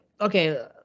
okay